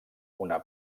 una